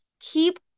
Keep